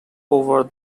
over